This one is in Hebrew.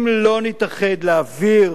אם לא נתאחד להעביר